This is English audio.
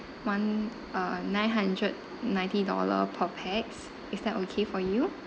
one uh nine hundred ninety dollar per pax is that okay for you